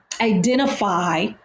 identify